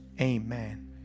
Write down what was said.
amen